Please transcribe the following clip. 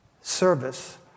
service